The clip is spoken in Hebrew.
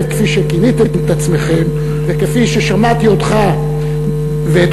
כפי שכיניתם את עצמכם וכפי ששמעתי אותך ואת